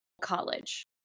college